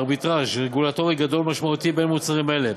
ארביטראז' רגולטורי גדול ומשמעותי בין מוצרים אלה.